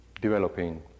Developing